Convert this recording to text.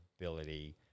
ability